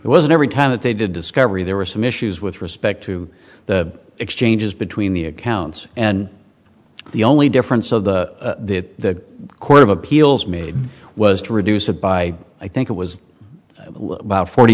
it wasn't every time that they did discovery there were some issues with respect to the exchanges between the accounts and the only difference of that court of appeals made was to reduce it by i think it was about forty